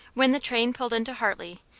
when the train pulled into hartley,